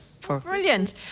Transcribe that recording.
Brilliant